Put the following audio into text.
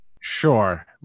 Sure